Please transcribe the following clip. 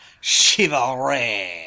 chivalry